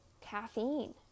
caffeine